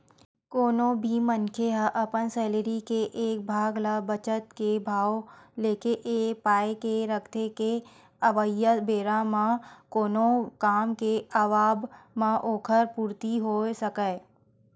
कोनो भी मनखे ह अपन सैलरी के एक भाग ल बचत के भाव लेके ए पाय के रखथे के अवइया बेरा म कोनो काम के आवब म ओखर पूरति होय सकय